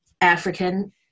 African